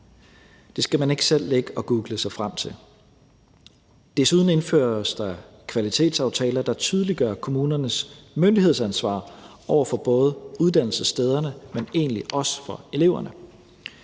det skal man ikke selv ligge og google sig frem til. Desuden indføres der kvalitetsaftaler, der tydeliggør kommunernes myndighedsansvar både over for uddannelsesstederne, men egentlig også over for eleverne.